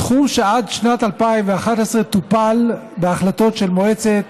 תחום שעד שנת 2011 טופל בהחלטות של מועצת